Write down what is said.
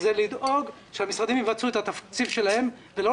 הוא לדאוג שהמשרדים יבצעו את התקציב שלהם ולא